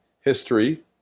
history